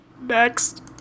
Next